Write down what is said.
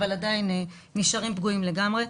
אבל עדיין נשארים פגועים לגמרי.